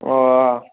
ও